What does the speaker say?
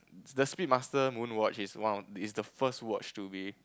the speed master moon watch is one of it's the first watch to be